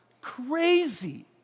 crazy